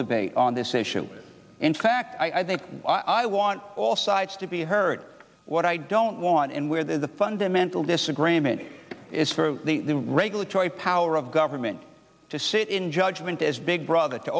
debate on this issue in fact i think i want all sides to be heard what i don't want and where there's a fundamental disagreement is for the regulatory power of government to sit in judgment as big brother to